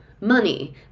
money